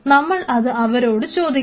നമ്മൾ അത് അവരോട് ചോദിക്കണം